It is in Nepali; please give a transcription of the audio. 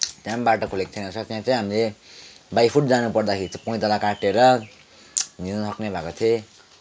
त्यहाँ पनि बाटो खुलेको थिएन रहेछ त्यहाँ चाहिँ हामीले बाई फुट जानुपर्दाखेरि चाहिँ पैताला काटेर हिँड्न नलक्ने भएको थिएँ